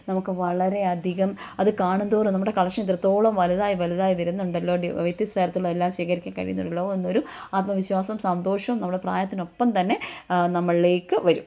നമുക്ക് വളരെയധികം അത് കാണുംതോറും നമ്മുടെ കളഷൻ ഇതിത്രത്തോളം വലുതായി വലുതായി വരുന്നുണ്ടല്ലോ വ്യത്യസ്ത തരത്തിലുള്ള എല്ലാം ശേഖരിക്കാൻ കഴിയുന്നു എന്നുള്ള എന്ന ഒരു ആത്മവിശ്വാസം സന്തോഷവും നമ്മുടെ പ്രായത്തിനൊപ്പം തന്നെ നമ്മളിലേക്ക് വരും